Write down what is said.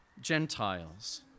Gentiles